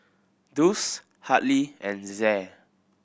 Dulce Hartley and Zaire